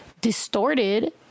distorted